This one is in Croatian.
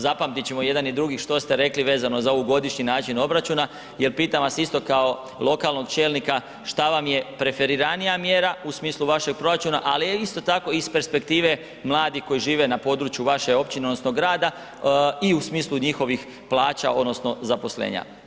Zapamtit ćemo i jedan i drugi što ste rekli vezano za ovu godišnji način obračuna jel pitam vas isto kao lokalnog čelnika šta vam je preferiranija mjera u smislu vašeg proračuna ali je isto tako i iz perspektive mladih koji žive na području vaše općine odnosno grada i u smislu njihovih plaća odnosno zaposlenja.